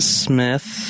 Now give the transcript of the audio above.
smith